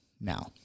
Now